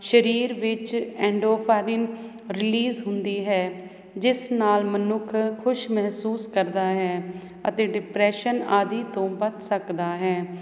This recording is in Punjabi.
ਸਰੀਰ ਵਿੱਚ ਐਂਡੋਰਫਾਨੀ ਰਿਲੀਜ ਹੁੰਦੀ ਹੈ ਜਿਸ ਨਾਲ ਮਨੁੱਖ ਖੁਸ਼ ਮਹਿਸੂਸ ਕਰਦਾ ਹੈ ਅਤੇ ਡਿਪਰੈਸ਼ਨ ਆਦਿ ਤੋਂ ਬਚ ਸਕਦਾ ਹੈ